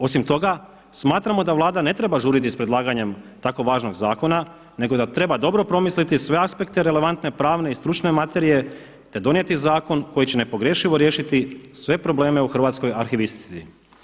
Osim toga, smatramo da Vlada ne treba žuriti s predlaganjem tako važnog zakona nego da treba dobro promisliti sve aspekte relevantne, pravne i stručne materije, te donijeti zakon koji će nepogrešivo riješiti sve probleme u hrvatskoj arhivistici.